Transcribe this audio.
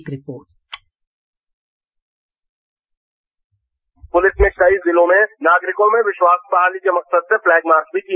एक report police ने कई जिलों में नागारिकों में विश्वास बहाली के मकसद से फ्लैग मार्च भी किया